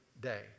day